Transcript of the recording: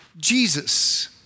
Jesus